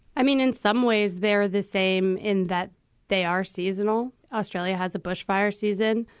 i mean, in some ways they're the same in that they are seasonal australia has a bushfire season.